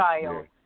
child